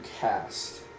cast